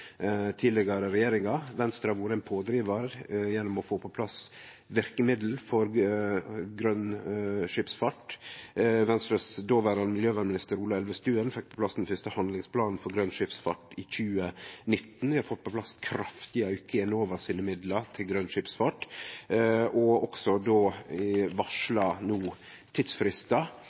vore ein pådrivar gjennom å få på plass verkemiddel for grøn skipsfart. Venstres dåverande miljøminister, Ola Elvestuen, fekk på plass den første handlingsplanen for grøn skipsfart i 2019. Vi har fått på plass ein kraftig auke i Enova sine midlar til grøn skipsfart, og vi har no òg fått varsla tidsfristar